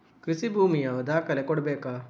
ಕೃಷಿ ಭೂಮಿಯ ದಾಖಲೆ ಕೊಡ್ಬೇಕಾ?